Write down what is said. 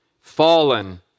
fallen